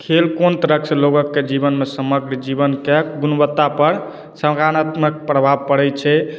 खेल कोन तरह से लोकक जीवन मे समग्र जीवन के गुणवत्ता पर सकारात्मक प्रभाव परै छै